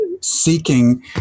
seeking